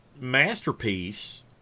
masterpiece